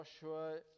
Joshua